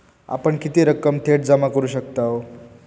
आपण किती रक्कम थेट जमा करू शकतव?